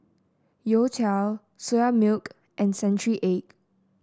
youtiao Soya Milk and Century Egg